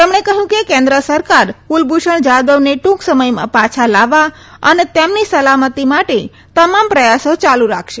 તેમણે કહ્યું કે કેન્દ્ર સરકાર કુલભૂષણ જાધવને ટૂંક સમયમાં પાછા લાવવા અને તેમની સલામતી માટે તમામ પ્રયાસો યાલુ રાખશે